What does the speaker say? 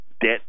debt